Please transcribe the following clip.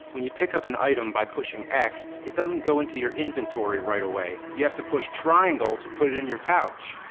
when you pick up an item by pushing x, it doesn't go into your inventory right away. you have to push triangle to put it in your pouch.